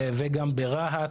וגם ברהט,